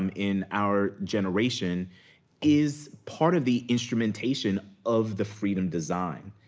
um in our generation is part of the instrumentation of the freedom design.